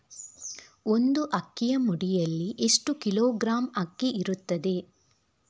ಒಂದು ಅಕ್ಕಿಯ ಮುಡಿಯಲ್ಲಿ ಎಷ್ಟು ಕಿಲೋಗ್ರಾಂ ಅಕ್ಕಿ ಇರ್ತದೆ?